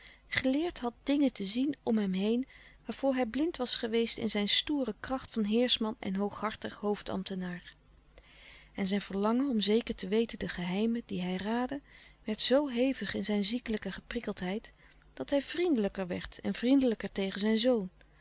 geleerd had dingen te zien om hem heen waarvoor hij blind was geweest in zijn stoere louis couperus de stille kracht kracht van heerschman en hooghartig hoofdambtenaar en zijn verlangen om zeker te weten de geheimen die hij raadde werd zoo hevig in zijn ziekelijke geprikkeldheid dat hij vriendelijker werd en vriendelijker tegen zijn zoon